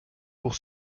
pour